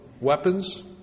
weapons